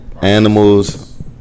Animals